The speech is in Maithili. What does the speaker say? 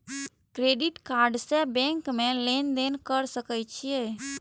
क्रेडिट कार्ड से बैंक में लेन देन कर सके छीये?